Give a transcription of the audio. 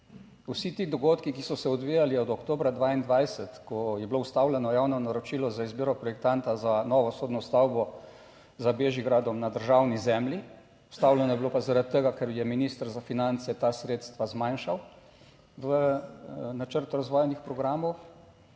Vsi ti dogodki, ki so se odvijali od oktobra 2022, ko je bilo ustavljeno javno naročilo za izbiro projektanta za novo sodno stavbo za Bežigradom na državni zemlji, ustavljeno je bilo pa zaradi tega, ker je minister za finance ta sredstva zmanjšal v načrtu razvojnih programov.